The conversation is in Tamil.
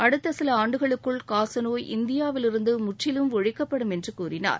அடுத்த சில ஆண்டுகளுக்குள் காசநோய் இந்தியாவிலிருந்து முற்றிலும் ஒழிக்கப்படும் என்று கூறினார்